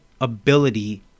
ability